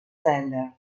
seller